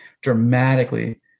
dramatically